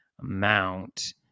amount